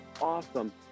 awesome